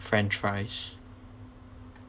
french fries